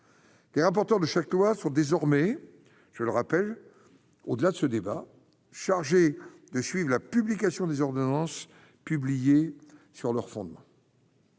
est un porteur de chaque loi sont désormais, je le rappelle, au-delà de ce débat, chargé de suivent la publication des ordonnances publiées sur leur fondement.